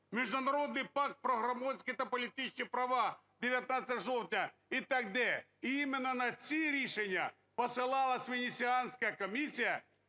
Міжнародний пакт про громадські та політичні права 19 жовтня і т.д. І іменно на ці рішення посилалася Венеціанська комісія,